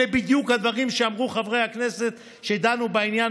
אלה בדיוק הדברים שאמרו חברי הכנסת שדנו בעניין